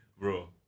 Bro